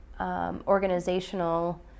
organizational